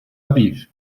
aviv